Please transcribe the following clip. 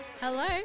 Hello